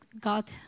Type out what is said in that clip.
God